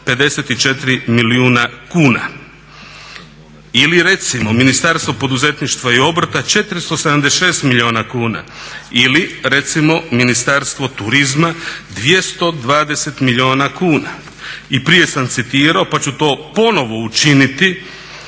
I prije sam citirao pa ću to ponovno učiniti,